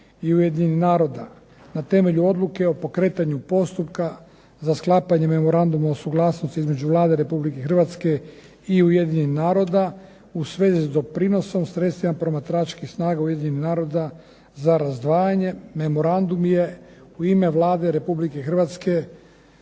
i Ujedinjenih naroda. Na temelju odluke o pokretanju postupka za sklapanjem memoranduma o suglasnosti između Vlade Republike Hrvatske i Ujedinjenih naroda u svezi s doprinosom, sredstvima promatračkih snaga Ujedinjenih naroda za razdvajanje memorandum je u ime Vlade Republike Hrvatske